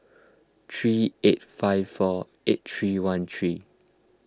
three eight five four eight three one three